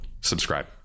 subscribe